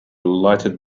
lighted